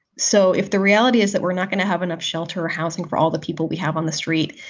so if the reality is that we're not going to have enough shelter or housing for all the people we have on the street,